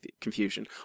confusion